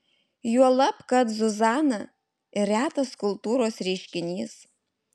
juolab kad zuzana ir retas kultūros reiškinys